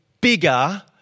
bigger